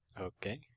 Okay